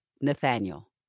Nathaniel